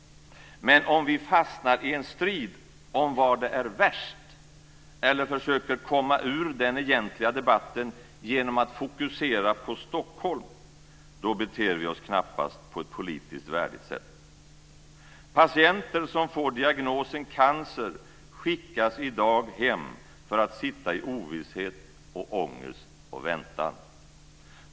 Men om vi fastnar i en strid om var det är värst eller försöka komma ur den egentliga debatten genom att fokusera på Stockholm beter vi oss knappast på ett politiskt värdigt sätt. Patienter som får diagnosen cancer skickas i dag hem för att sitta i ovisshet, ångest och väntan.